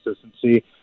consistency